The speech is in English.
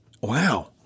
Wow